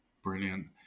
brilliant